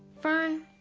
fern?